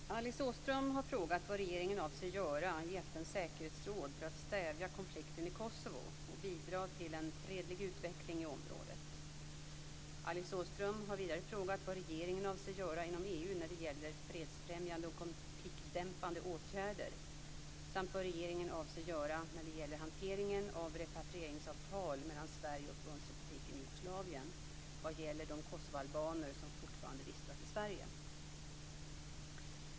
Fru talman! Alice Åström har frågat vad regeringen avser att göra i FN:s säkerhetsråd för att stävja konflikten i Kosovo och bidra till en fredlig utveckling i området. Alice Åström har vidare frågat vad regeringen avser att göra inom EU när det gäller fredsfrämjande och konfliktdämpande åtgärder samt vad regeringen avser att göra när det gäller hanteringen av repatrieringsavtal mellan Sverige och Förbundsrepubliken Jugoslavien vad gäller de kosovoalbaner som fortfarande vistas i Sverige.